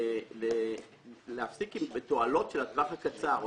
מאשר בעבר להפסיק עם תועלות של הטווח הקצר,